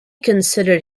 considered